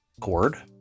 cord